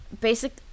Basic